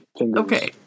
okay